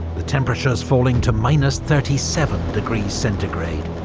with temperatures falling to minus thirty seven degrees centigrade.